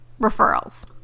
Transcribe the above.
referrals